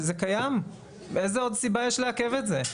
זה קיים, איזה עוד סיבה יש לעכב את זה?